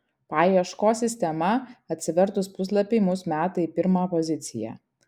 paieškos sistema atsivertus puslapiui mus meta į pirmą poziciją